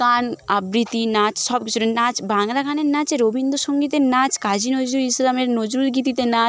গান আবৃতি নাচ নাচ বাংলা গানের নাচের রবীন্দ্র সঙ্গীতের নাচ কাজি নজরুল ইসলামের নজরুল গীতিতে নাচ